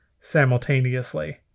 simultaneously